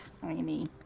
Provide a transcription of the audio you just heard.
Tiny